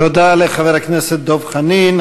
תודה לחבר הכנסת דב חנין.